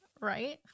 Right